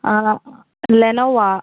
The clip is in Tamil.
ஆமாம் லெனோவா